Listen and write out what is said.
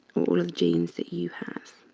all of the genes that you have.